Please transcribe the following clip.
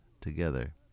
together